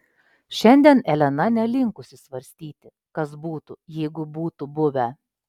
šiandien elena nelinkusi svarstyti kas būtų jeigu būtų buvę